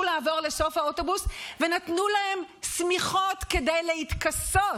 לעבור לסוף האוטובוס ונתנו להן שמיכות כדי להתכסות,